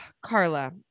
Carla